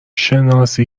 شناسی